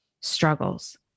struggles